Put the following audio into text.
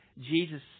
Jesus